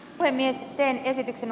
ai mie teen esityksen